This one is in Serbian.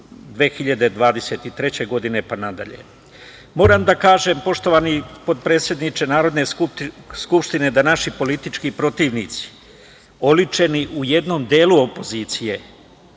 2023. godine, pa nadalje. Moram da kažem poštovani potpredsedniče Narodne skupštine, da naši politički protivnici, oličeni u jednom delu opozicije